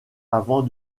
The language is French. avant